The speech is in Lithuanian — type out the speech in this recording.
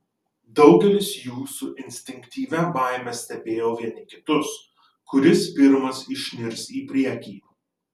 daugelis jų su instinktyvia baime stebėjo vieni kitus kuris pirmas išnirs į priekį